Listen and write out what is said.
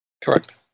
Correct